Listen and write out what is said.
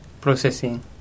processing